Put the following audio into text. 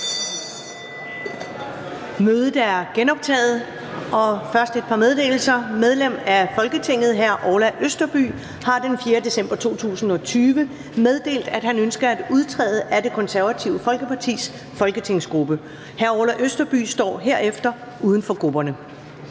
Mødet er genoptaget, og der er først et par meddelelser. Medlem af Folketinget Orla Østerby har den 4. december 2020 meddelt, at han ønsker at udtræde af Det Konservative Folkepartis folketingsgruppe. Orla Østerby står herefter uden for grupperne.